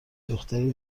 دختری